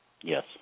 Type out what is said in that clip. Yes